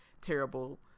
terrible